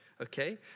Okay